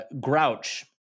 grouch